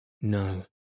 No